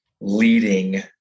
leading